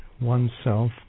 oneself